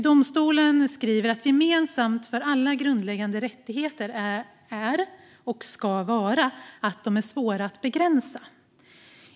Domstolen skriver: "Gemensamt för alla grundläggande rättigheter är att de är - och ska vara - svåra att begränsa."